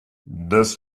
this